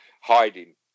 hiding